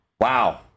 Wow